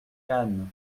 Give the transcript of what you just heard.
cannes